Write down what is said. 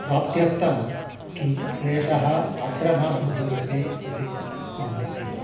प्राप्त्यर्थं किञ्चित् क्लेशः अत्र न अनुभूयते इति मम मतिः